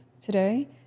today